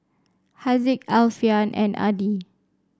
Haziq Alfian and Adi